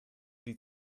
die